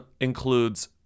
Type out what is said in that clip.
includes